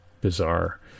bizarre